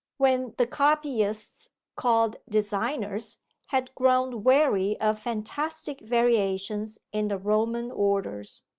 when the copyists called designers had grown weary of fantastic variations in the roman orders.